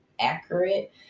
accurate